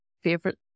favorite